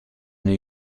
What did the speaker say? new